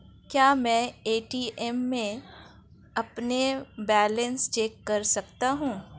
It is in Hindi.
क्या मैं ए.टी.एम में अपना बैलेंस चेक कर सकता हूँ?